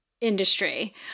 industry